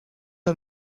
que